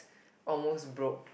almost broke